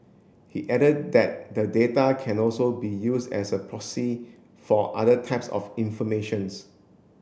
he added that the data can also be used as a proxy for other types of informations